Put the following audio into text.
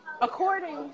according